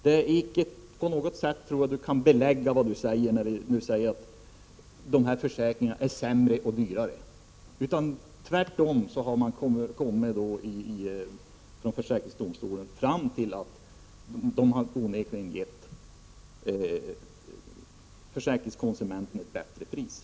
Jag tror inte att Kjell Ericsson på något sätt kan belägga sina påståenden om att de här försäkringarna är sämre och dyrare. Försäkringsdomstolen har tvärtom kommit fram till att de onekligen givit försäkringskonsumenten ett bättre pris.